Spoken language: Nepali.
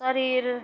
शरीर